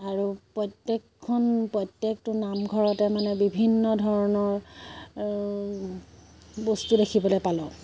আৰু প্ৰত্যেকখন প্ৰত্যেকটো নামঘৰতে মানে বিভিন্ন ধৰণৰ বস্তু দেখিবলৈ পালোঁ